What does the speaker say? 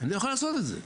אני יכול לעשות את זה.